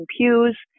pews